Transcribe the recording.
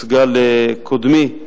שהוצגה לקודמי,